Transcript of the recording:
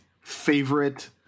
favorite